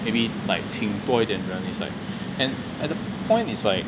maybe like 请多一点人 it's like and at the point is like